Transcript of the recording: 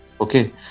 Okay